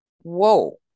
whoa